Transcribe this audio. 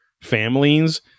families